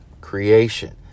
creation